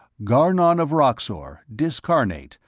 garnon of roxor, discarnate,